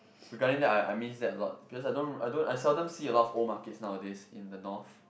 regarding that I I miss that a lot because I don't I don't I seldom see a lot of old markets nowadays in the north